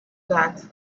that